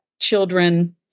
children